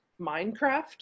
Minecraft